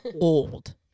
old